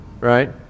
Right